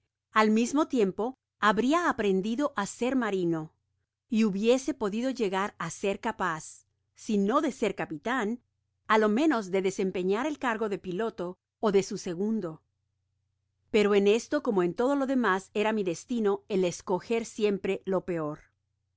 al mismo tiempo habria aprendido á ser marino y hubiese podido llegar á ser capaz si no de ser capitan á lo menos de desempeñar el cargo de piloto ó de su segundo pero en esto como en todo lo demas era mi destino el escoger siempre lo peor